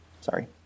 Sorry